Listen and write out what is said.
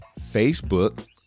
Facebook